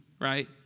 right